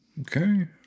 Okay